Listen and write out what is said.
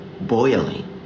boiling